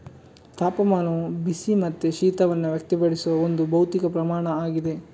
ತಾಪಮಾನವು ಬಿಸಿ ಮತ್ತೆ ಶೀತವನ್ನ ವ್ಯಕ್ತಪಡಿಸುವ ಒಂದು ಭೌತಿಕ ಪ್ರಮಾಣ ಆಗಿದೆ